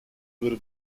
würde